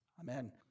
Amen